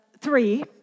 three